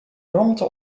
romte